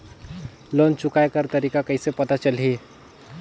Loan चुकाय कर तारीक कइसे पता चलही?